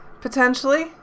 potentially